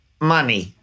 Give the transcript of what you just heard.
money